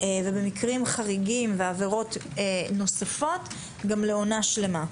ובמקרים חריגים ובעבירות נוספות גם לעונה שלימה.